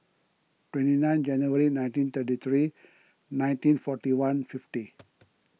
twenty nine January nineteen thirty three nineteen forty one fifty